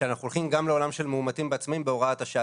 שאנחנו הולכים גם לעולם של מאומתים בעצמאים בהוראת השעה.